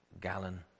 gallon